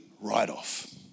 write-off